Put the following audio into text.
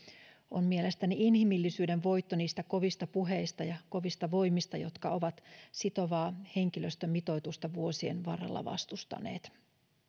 on mielestäni inhimillisyyden voitto niistä kovista puheista ja kovista voimista jotka ovat sitovaa henkilöstömitoitusta vuosien varrella vastustaneet